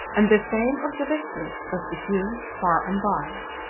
and the fame of the victors was diffused far and wide.